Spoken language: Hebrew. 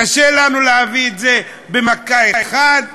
קשה לנו להביא את זה במכה אחת,